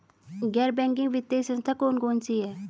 गैर बैंकिंग वित्तीय संस्था कौन कौन सी हैं?